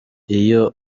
iyo